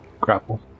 grapple